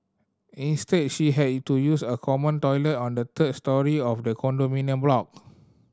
instead she had to use a common toilet on the third storey of the condominium block